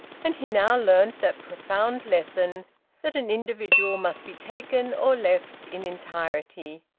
and he now learnt that profound lesson that an individual must be taken or left in entirety,